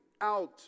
out